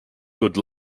good